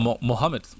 mohammed